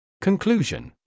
Conclusion